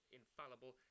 infallible